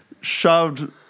Shoved